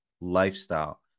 lifestyle